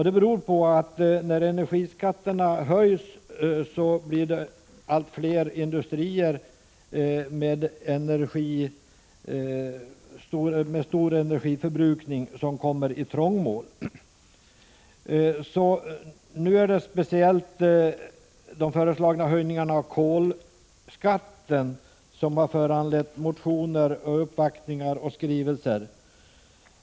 Det beror på att när energiskatterna höjs kommer allt fler industrier med stor energiförbrukning i trångmål. Det är speciellt de föreslagna höjningarna av kolskatten som har föranlett motioner, uppvaktningar och skrivelser.